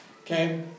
Okay